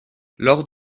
lors